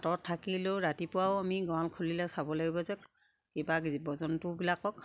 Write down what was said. আঁতৰত থাকিলেও ৰাতিপুৱাও আমি গঁৰাল খুলিলে চাব লাগিব যে কিবা জীৱ জন্তুবিলাকক